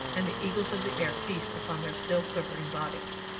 and the eagles of the air feast upon their still quivering bodies.